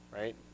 right